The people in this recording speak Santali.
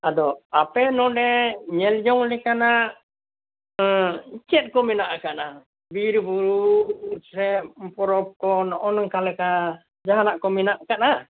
ᱟᱫᱚ ᱟᱯᱮ ᱱᱚᱰᱮ ᱧᱮᱞᱡᱚᱝ ᱞᱮᱠᱟᱱᱟᱜ ᱪᱮᱫ ᱠᱚ ᱢᱮᱱᱟᱜ ᱠᱟᱜᱼᱟ ᱵᱤᱨ ᱵᱩᱨᱩ ᱡᱷᱮᱢ ᱯᱚᱨᱚᱵᱽ ᱠᱚ ᱱᱚᱜᱼᱚᱭ ᱱᱚᱝᱠᱟ ᱞᱮᱠᱟ ᱡᱟᱦᱟᱱᱟᱜ ᱠᱚ ᱢᱮᱱᱟᱜ ᱠᱟᱜᱼᱟ